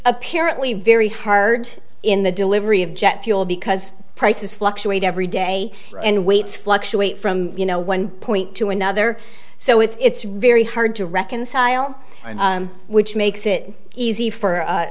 apparently very hard in the delivery of jet fuel because prices fluctuate every day and weights fluctuate from you know one point to another so it's really hard to reconcile which makes it easy for